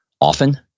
often